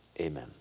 Amen